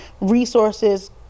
resources